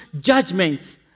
judgments